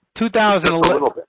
2011